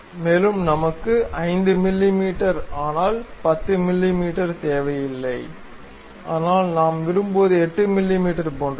மேலும் நமக்கு 5 மிமீ ஆனால் 10 மிமீ தேவையில்லை ஆனால் நாம் விரும்புவது 8 மிமீ போன்றது